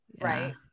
right